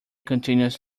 continues